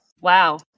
Wow